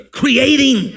creating